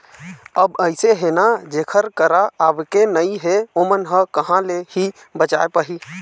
अब अइसे हे ना जेखर करा आवके नइ हे ओमन ह कहाँ ले ही बचाय पाही